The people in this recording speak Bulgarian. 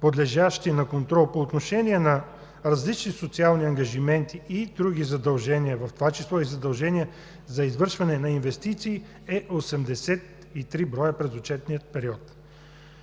подлежащи на контрол по отношение на различни социални ангажименти и други задължения, в това число и задължения за извършване на инвестиции, е 83 броя през отчетния период.